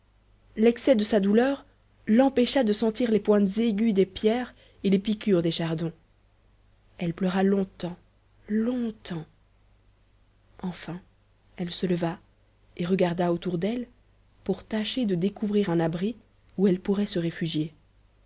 l'excès de sa douleur l'empêcha de sentir les pointes aiguës des pierres et les piqûres des chardons elle pleura longtemps longtemps enfin elle se leva et regarda autour d'elle pour tâcher de découvrir un abri où elle pourrait se réfugier